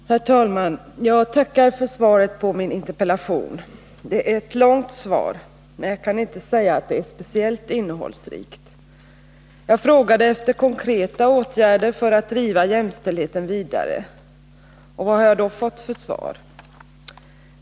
Herr talman! Jag tackar för svaret på min interpellation. Det är ett långt svar, men jag kan inte säga att det är speciellt innehållsrikt. Jag frågade efter konkreta åtgärder för att driva jämställdheten vidare. Vad har jag då fått för svar?